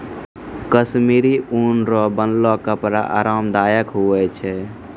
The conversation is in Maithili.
कश्मीरी ऊन रो बनलो कपड़ा आराम दायक हुवै छै